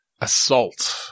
Assault